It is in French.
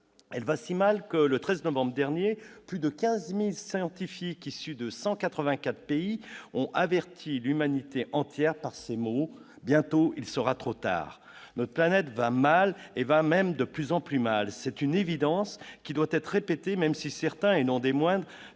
mal, si mal que, le 13 novembre dernier, plus de 15 000 scientifiques, issus de 184 pays, ont averti l'humanité entière par ces mots :« Bientôt, il sera trop tard. » Notre planète va mal, et même de plus en plus mal. C'est une évidence qui doit être répétée, même si certains, et non des moindres,